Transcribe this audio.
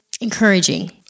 encouraging